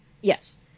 Yes